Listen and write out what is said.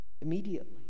immediately